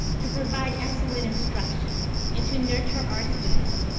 to provide excellent instruction and to nurture our students,